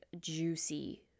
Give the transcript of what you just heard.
juicy